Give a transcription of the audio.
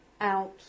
out